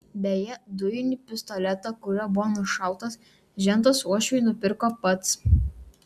beje dujinį pistoletą kuriuo buvo nušautas žentas uošviui nupirko pats